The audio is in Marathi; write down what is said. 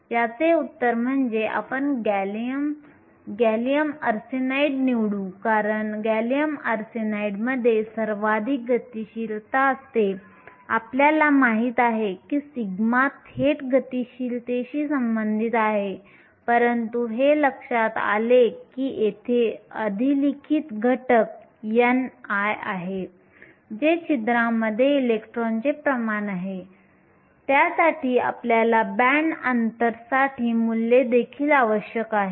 याचे उत्तर म्हणजे आपण गॅलियम आर्सेनाइड निवडू कारण गॅलियम आर्सेनाइडमध्ये सर्वाधिक गतिशीलता असते आणि आपल्याला माहित आहे की सिग्मा थेट गतिशीलतेशी संबंधित आहे परंतु हे लक्षात आले की येथे अधिलिखित घटक ni आहे जे छिद्रांमध्ये इलेक्ट्रॉनचे प्रमाण आहे त्यासाठी आपल्याला बँड अंतरसाठी मूल्ये देखील आवश्यक आहेत